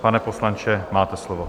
Pane poslanče, máte slovo.